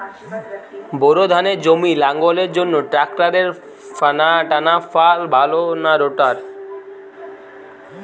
Bore ধানের জমি লাঙ্গলের জন্য ট্রাকটারের টানাফাল ভালো না রোটার?